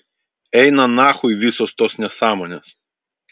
eina nachui visos tos nesąmonės